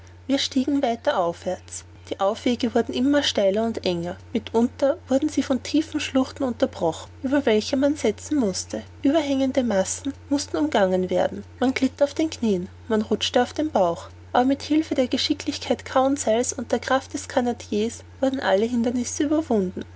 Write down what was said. wir stiegen weiter aufwärts die aufwege wurden immer steiler und enger mitunter wurden sie von tiefen schluchten unterbrochen über welche man setzen mußte ueberhängende massen mußten umgangen werden man glitt auf den knieen man rutschte auf dem bauch aber mit hilfe der geschicklichkeit conseil's und der kraft des canadiers wurden alle hindernisse überwunden